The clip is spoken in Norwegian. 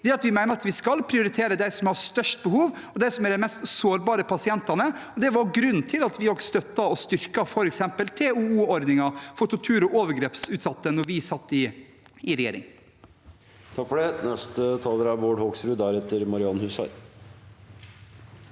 vi mener at vi skal prioritere dem som har størst behov og de mest sårbare pasientene. Det var grunnen til at vi også støttet og styr ket f.eks. TOO-ordningen for tortur- og overgrepsutsatte da vi satt i regjering.